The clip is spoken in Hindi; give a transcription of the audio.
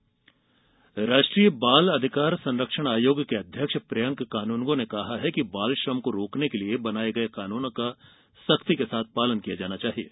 बालश्रम राष्ट्रीय बाल अधिकार संरक्षण आयोग के अध्यक्ष प्रियंक कानूनगो ने कहा है कि बालश्रम को रोकने के लिए बनाये गये कानूनों का सख्ती से पालन किया जाना चाहिये